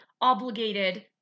obligated